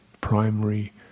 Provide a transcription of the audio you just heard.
primary